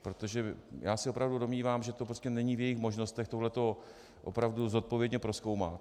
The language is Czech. Protože já se opravdu domnívám, že není v jejich možnostech tohle opravdu zodpovědně prozkoumat.